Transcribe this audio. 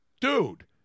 Dude